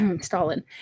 Stalin